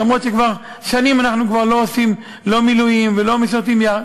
אף שכבר שנים אנחנו כבר לא עושים מילואים ולא משרתים יחד.